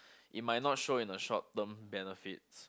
it might not show in a short term benefits